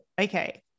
okay